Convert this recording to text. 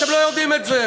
אתם לא יודעים את זה.